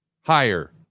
higher